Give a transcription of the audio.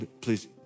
Please